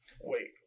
Wait